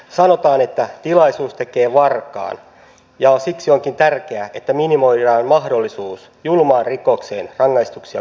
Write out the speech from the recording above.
sanotaan että tilaisuus tekee varkaan ja siksi onkin tärkeää että minimoidaan mahdollisuus julmaan rikokseen rangaistuksia koventamalla